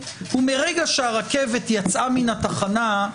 ומרגע שהרכבת יצאה מן התחנה,